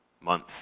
month